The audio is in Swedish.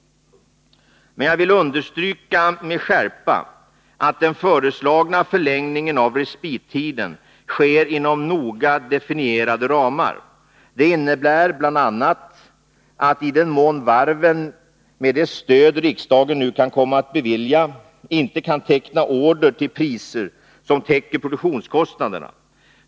Men jag vill understryka med skärpa att den föreslagna förlängningen av respittiden sker inom noga definierade ramar. Det innebär bl.a. att varven, i den mån riksdagen nu kan komma att bevilja stöd, inte kan teckna order till priser som täcker produktionskostnaderna.